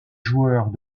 joueurs